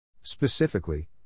Specifically